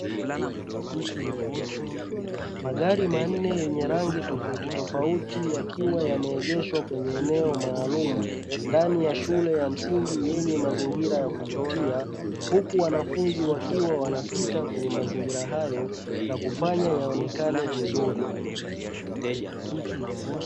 Magari manne yenye rangi tofautitofauti yakiwa yameegeshwa kwenye eneo maalumu; ndani ya shule ya msingi yenye mazingira ya kuvutia, huku wanafunzi wakiwa wanapita kwenye mazingira hayo na kufanya yaonekane vizuri.